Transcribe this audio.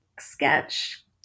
sketch